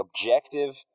objective